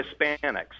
Hispanics